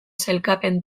sailkapen